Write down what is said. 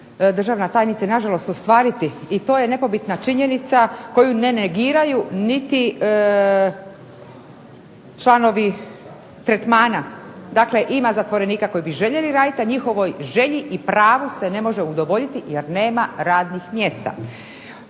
državna tajnice, nažalost ostvariti. I to je nepobitna činjenica koju ne negiraju niti članovi tretmana. Dakle, ima zatvorenika koji bi željeli raditi, a njihovoj želji i pravu se ne može udovoljiti jer nema radnih mjesta.